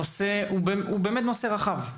הנושא הוא באמת נושא רחב.